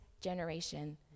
generation